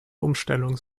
umstellung